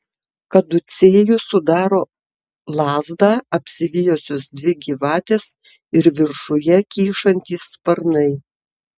kaducėjų sudaro lazdą apsivijusios dvi gyvatės ir viršuje kyšantys sparnai